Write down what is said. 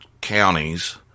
counties